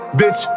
bitch